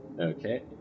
Okay